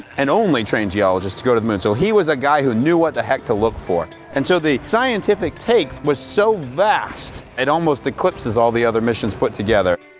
and only trained geologist, to go to the moon. so he was a guy who knew what the heck to look for. and so the scientific take was so vast, it almost eclipses all the other missions put together.